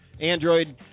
Android